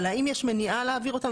אבל האם יש מניעה להעביר אותם?